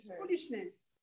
Foolishness